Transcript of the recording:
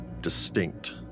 distinct